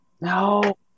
no